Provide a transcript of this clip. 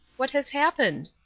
what has happened.